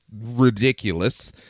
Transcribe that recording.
ridiculous